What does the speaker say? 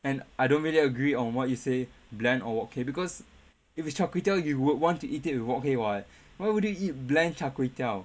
and I don't really agree on what you say bland or wok hei because if it's char kway teow you would want to eat it with wok hei what why would you eat bland char kway teow